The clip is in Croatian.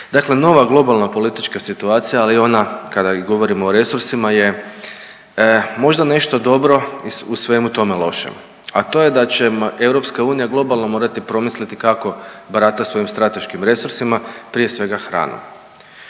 Dakle, nova globalna politička situacija ali i ona kada govorimo o resursima je možda nešto dobro u svemu tome lošem, a to je da će EU globalno morati promisliti kako barata svojim strateškim resursima prije svega hranom.